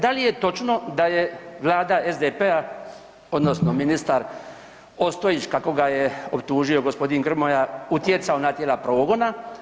Da li je točno da je vlada SDP-a odnosno ministar Ostojić kako ga je optužio gospodin Grmoja utjecao na tijela progona?